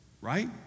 Right